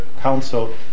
Council